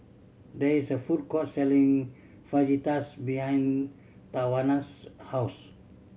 there is a food court selling Fajitas behind Tawanna's house